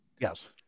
Yes